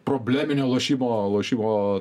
probleminio lošimo lošimo